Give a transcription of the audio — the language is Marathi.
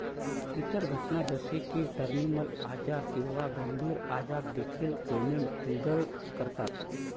इतर घटना जसे की टर्मिनल आजार किंवा गंभीर आजार देखील पेमेंट ट्रिगर करतात